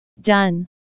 Done